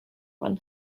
one